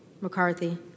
McCarthy